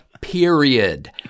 period